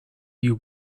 you